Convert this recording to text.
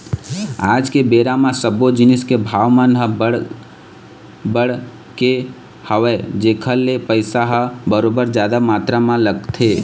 आज के बेरा म सब्बो जिनिस के भाव मन ह बड़ बढ़ गे हवय जेखर ले पइसा ह बरोबर जादा मातरा म लगथे